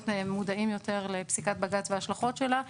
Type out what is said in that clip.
להיות מודעים יותר לפסיקת בג"ץ ולהשלכות שלה על